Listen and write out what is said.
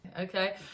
Okay